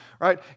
right